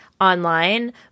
online